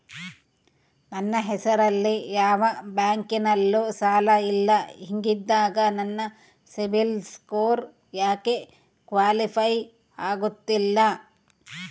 ನನ್ನ ಹೆಸರಲ್ಲಿ ಯಾವ ಬ್ಯಾಂಕಿನಲ್ಲೂ ಸಾಲ ಇಲ್ಲ ಹಿಂಗಿದ್ದಾಗ ನನ್ನ ಸಿಬಿಲ್ ಸ್ಕೋರ್ ಯಾಕೆ ಕ್ವಾಲಿಫೈ ಆಗುತ್ತಿಲ್ಲ?